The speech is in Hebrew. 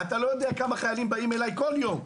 אתה לא יודע כמה חיילים באים אליי כל יום.